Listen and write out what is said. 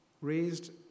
raised